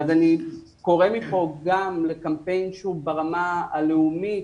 אני קורא מכאן גם לקמפיין שהוא ברמה הלאומית,